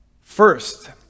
First